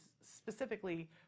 specifically